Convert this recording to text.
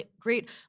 great